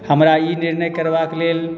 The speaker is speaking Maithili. हमरा ई निर्णय करबाके लेल